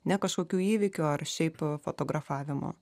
ne kažkokių įvykių ar šiaip fotografavimo